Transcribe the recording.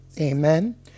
Amen